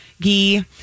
ghee